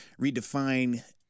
redefine